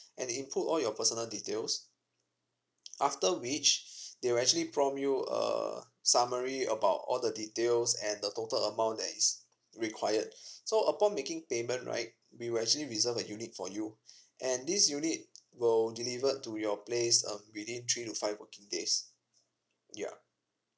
and input all your personal details after which they will actually prompt you a summary about all the details and the total amount that is required so upon making payment right we will actually reserve a unit for you and this unit will delivered to your place um within three to five working days ya